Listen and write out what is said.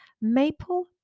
maple